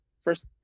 first